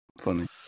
funny